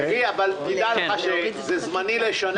אדוני, תדע לך שזה זמני לשנה.